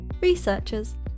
researchers